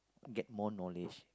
get more knowledge